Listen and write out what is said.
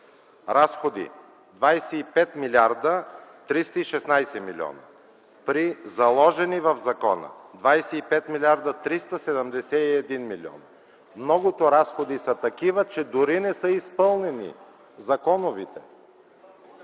Разходи – 25 млрд. 316 млн., при заложени в закона 25 млрд. 371 млн. Многото разходи са такива, че дори не са изпълнени законовите.